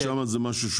שם זה שונה.